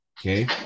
Okay